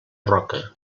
roca